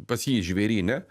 pas jį žvėryne